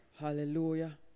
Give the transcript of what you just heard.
Hallelujah